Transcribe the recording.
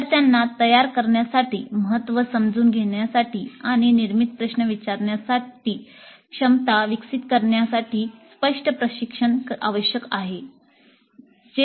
विद्यार्थ्यांना तयार करण्यासाठी महत्त्व समजून घेण्यासाठी आणि निर्मित प्रश्न विचारण्याची क्षमता विकसित करण्यासाठी स्पष्ट प्रशिक्षण आवश्यक आहे